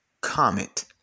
Comet